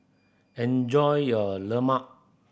enjoy your lemang